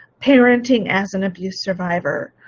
parenting as an abuse survivor,